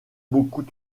beaucoup